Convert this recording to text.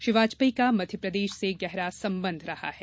श्री वाजपेयी का मध्यप्रदेश से गहरा सम्बन्ध रहा है